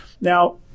Now